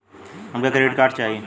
हमके credit card चाही